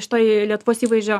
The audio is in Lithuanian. šitoj lietuvos įvaizdžio